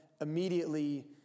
immediately